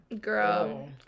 Girl